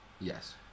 Yes